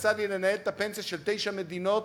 יצא לי לנהל קרנות פנסיה של תשע מדינות